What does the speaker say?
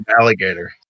Alligator